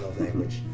language